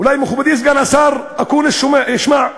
אולי מכובדי סגן השר אקוניס ישמע?